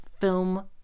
film